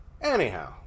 Anyhow